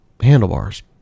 handlebars